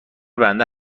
بنده